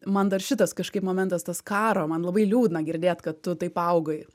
man dar šitas kažkaip momentas tas karo man labai liūdna girdėt kad tu taip augai